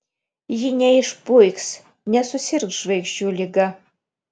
ji neišpuiks nesusirgs žvaigždžių liga